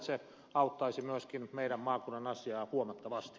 se auttaisi myöskin meidän maakuntamme asiaa huomattavasti